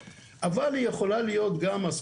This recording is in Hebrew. אני לא יודע איך לצאת מהמצב הזה.